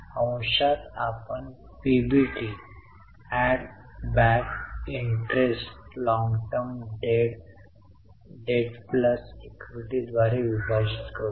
अंशात आपण PBT add back interest long term debt plus इक्विटीद्वारे विभाजित करू